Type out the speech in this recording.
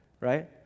Right